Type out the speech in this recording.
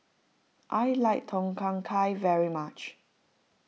I like Tom Kha Gai very much